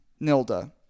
Nilda